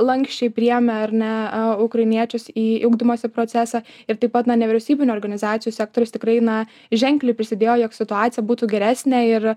lanksčiai priėmė ar ne ukrainiečius į ugdymosi procesą ir taip pat na nevyriausybinių organizacijų sektorius tikrai na ženkliai prisidėjo jog situacija būtų geresnė ir